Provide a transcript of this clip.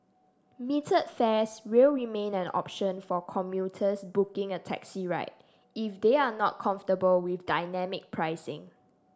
metered fares will remain an option for commuters booking a taxi ride if they are not comfortable with dynamic pricing